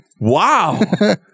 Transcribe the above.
Wow